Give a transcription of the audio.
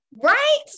right